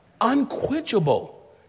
Unquenchable